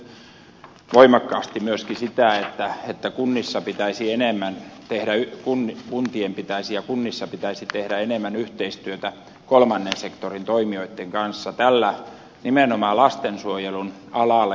minä korostaisin nyt voimakkaasti myöskin sitä että kunnissa pitäisi enemmän tehdä nyt kun nyt kuntien pitäisi ja kunnissa pitäisi enemmän yhteistyötä kolmannen sektorin toimijoitten kanssa nimenomaan lastensuojelun alalla